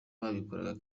babikoraga